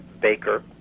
Baker